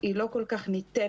היא לא כל כך ניתנת.